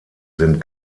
sind